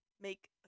make